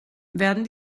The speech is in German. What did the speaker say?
werden